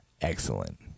Excellent